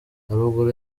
haruguru